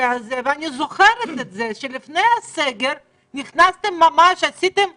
הזה ואני זוכרת שלפני הסגר עשיתם בדיקות